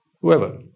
whoever